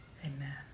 Amen